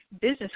business